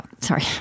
sorry